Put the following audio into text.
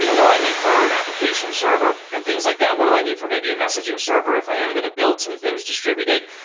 you know what do i need for an application server and things like that? what do i need from maybe a messaging server if i am going to build some things distributed?